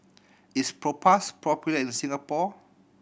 is Propass popular in Singapore